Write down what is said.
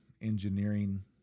engineering